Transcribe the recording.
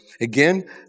again